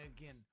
again